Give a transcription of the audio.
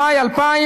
במאי 2000,